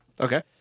okay